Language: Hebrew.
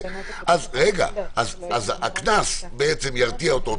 הקנס ירתיע אותו,